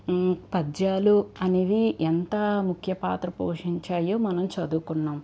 పద్యాలు అనేవి ఎంత ముఖ్య పాత్ర పోషించాయో మనం చదువుకున్నాం